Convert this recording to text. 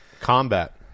Combat